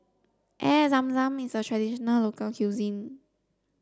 Air Zam Zam is a traditional local cuisine